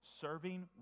Serving